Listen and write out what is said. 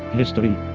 history